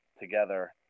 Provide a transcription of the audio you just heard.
together